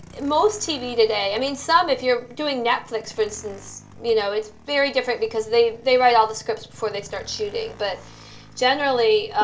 most tv today, i mean, some if you're doing netflix, for instance, you know, it's very different because they they write all the scripts for they start shooting. but generally,